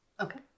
Okay